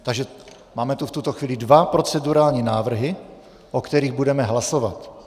Takže máme tu v tuto chvíli dva procedurální návrhy, o kterých budeme hlasovat.